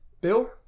Bill